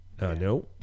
No